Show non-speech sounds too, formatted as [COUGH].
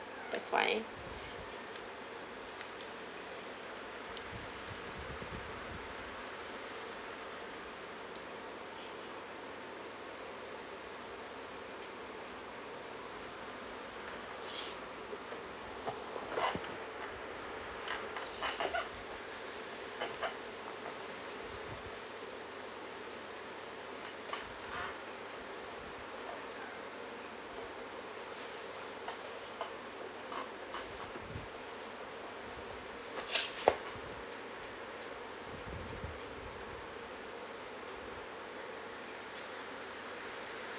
that's why [BREATH]